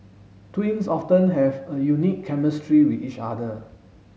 twins often have a unique chemistry with each other